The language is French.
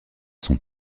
son